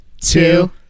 two